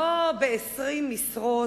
לא ב-20 משרות,